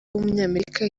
w’umunyamerika